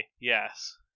yes